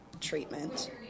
treatment